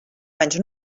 menys